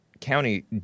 County